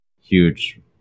huge